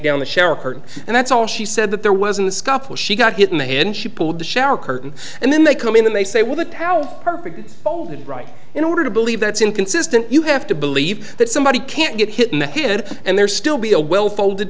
down the share of her and that's all she said that there wasn't a scuffle she got hit in the head and she pulled the shower curtain and then they come in and they say well that how perfect right in order to believe that's inconsistent you have to believe that somebody can't get hit in the kid and there's still be a well folded